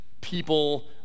people